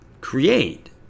create